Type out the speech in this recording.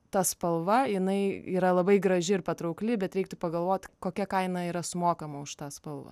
ta spalva jinai yra labai graži ir patraukli bet reiktų pagalvot kokia kaina yra sumokama už tą spalvą